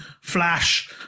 flash